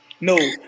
No